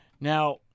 Now